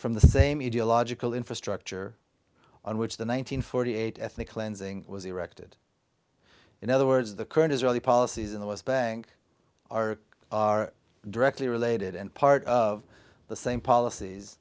from the same media logical infrastructure on which the one nine hundred forty eight ethnic cleansing was erected in other words the current israeli policies in the west bank are directly related and part of the same policies